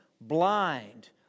blind